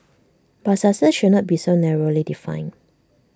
but success should not be so narrowly defined